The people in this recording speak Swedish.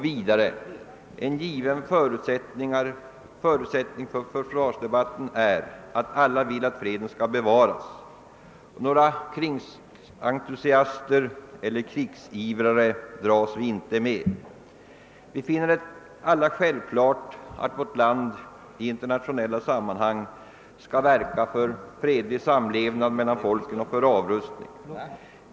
Vidare heter det i skriften: »En given förutsättning för försvarsdebatten är att alla vill att freden skall bevaras — några krigsentusiaster eller krigsivrare dras vi inte med. Vi finner det alla självklart att vårt land i internationella sammanhang skall verka för fredlig samlevnad mellan folken och för avrustning.